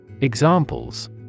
Examples